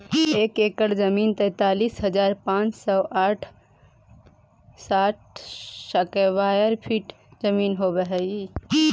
एक एकड़ जमीन तैंतालीस हजार पांच सौ साठ स्क्वायर फीट जमीन होव हई